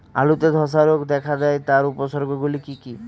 আলুতে ধ্বসা রোগ দেখা দেয় তার উপসর্গগুলি কি কি?